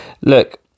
look